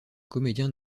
comédien